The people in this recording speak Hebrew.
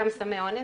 גם סמי אונס,